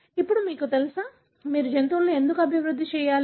ఇప్పుడు మీకు తెలుసా మీరు జంతువులను ఎందుకు అభివృద్ధి చేయాలి